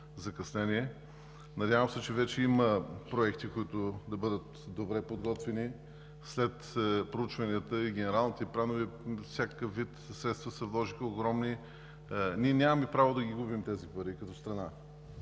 Надявам се, че вече има проекти, които да бъдат добре подготвени. След проучванията и генералните планове всякакъв вид средства се вложиха – огромни. Ние нямаме право да губим тези пари като страна.